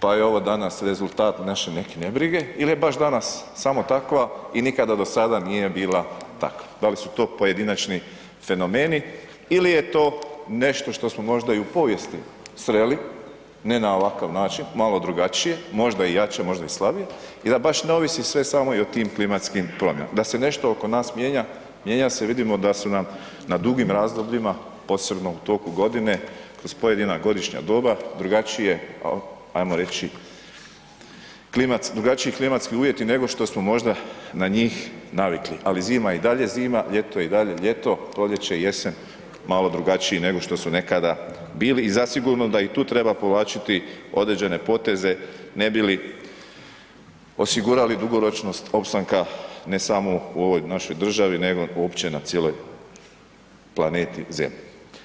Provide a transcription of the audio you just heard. pa je ovo danas rezultat naše neke nebrige ili je baš danas samo takva i nikada do sada nije bila takva, da li su to pojedinačni fenomeni ili je to nešto što smo možda i u povijesti sreli, ne na ovakav način, malo drugačije, možda i jače, možda i slabije i da baš ne ovisi sve samo i o tim klimatskim promjenama, da se nešto oko nas mijenja, mijenja se, vidimo da su nam na dugim razdobljima, posebno u toku godine, kroz pojedina godišnja doba, drugačije ajmo reći drugačiji klimatski uvjeti nego što smo možda na njih navikli ali zima je i dalje zima, ljeto je i dalje ljeto, proljeće i jesen malo drugačiji nego što su nekada bili i zasigurno da i tu treba povlačiti određene poteze ne bi li osigurali dugoročnost opstanka ne samo u ovoj našoj državi nego uopće na cijeloj planeti Zemlji.